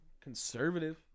Conservative